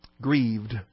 Grieved